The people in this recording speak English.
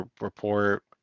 report